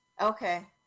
Okay